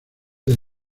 del